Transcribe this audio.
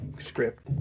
script